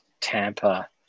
Tampa